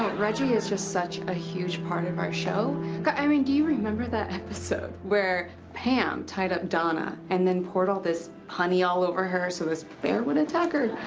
reggie is just such a huge part of our show, but i mean do you remember that episode where pam tied up donna and then poured all this honey all over her so this bear would attack her.